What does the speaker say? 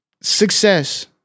Success